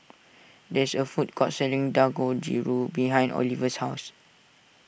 there is a food court selling Dangojiru behind Oliver's house